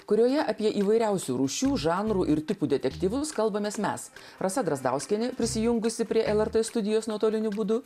kurioje apie įvairiausių rūšių žanrų ir tipų detektyvus kalbamės mes rasa drazdauskienė prisijungusi prie lrt studijos nuotoliniu būdu